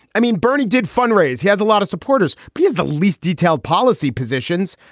i mean, bernie did fundraise. he has a lot of supporters. he's the least detailed policy positions.